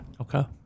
okay